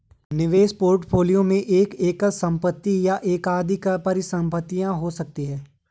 निवेश पोर्टफोलियो में एक एकल संपत्ति या एकाधिक परिसंपत्तियां हो सकती हैं